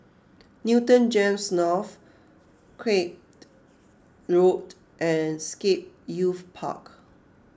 Newton G E M S North Craig Road and Scape Youth Park